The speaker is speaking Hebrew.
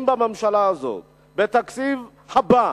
אני אומר לך: אם בממשלה הזאת, בתקציב הבא